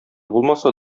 булмаса